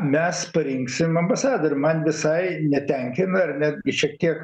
mes parinksim ambasadorių man visai netenkina ir netgi šiek tiek